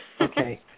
Okay